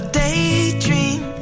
daydream